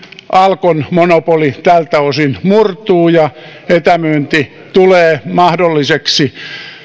alkon monopoli tältä osin murtuu ja etämyynti tulee mahdolliseksi